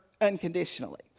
unconditionally